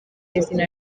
izina